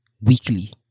weekly